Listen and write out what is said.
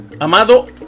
Amado